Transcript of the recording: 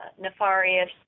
nefarious